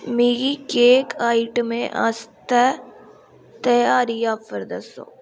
मिगी केक आइटमें आस्तै ध्यारी आफर दस्सो